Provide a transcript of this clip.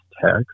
text